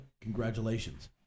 Congratulations